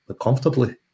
comfortably